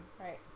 Right